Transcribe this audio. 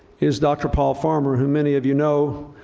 is dr. paul farmer, who, many of you know,